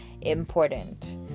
important